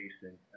Jason